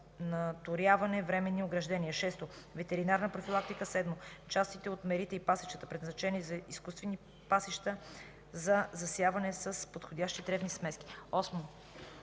наторяване, временни ограждения; 6. ветеринарна профилактика; 7. частите от мерите и пасищата, предназначени за изкуствени пасища, за засяване с подходящи тревни смески;